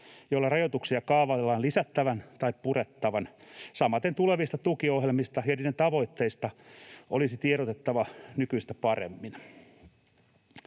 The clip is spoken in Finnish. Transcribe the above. joilla rajoituksia kaavaillaan lisättävän tai purettavan. Samaten tulevista tukiohjelmista ja niiden tavoitteista olisi tiedotettava nykyistä paremmin.”